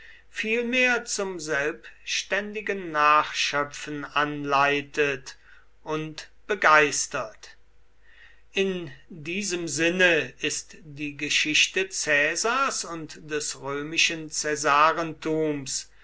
vielmehr zum selbständigen nachschöpfen anleitet und begeistert in diesem sinne ist die geschichte caesars und des römischen